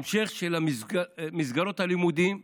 המשך של מסגרות הלימודים,